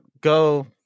go